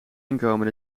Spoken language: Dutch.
inkomen